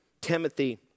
Timothy